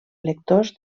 lectors